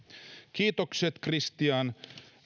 kiitokset christian